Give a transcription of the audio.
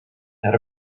had